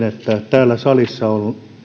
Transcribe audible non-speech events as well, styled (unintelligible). (unintelligible) että se on